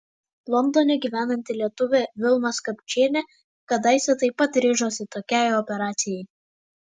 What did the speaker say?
londone gyvenanti lietuvė vilma skapčienė kadaise taip pat ryžosi tokiai operacijai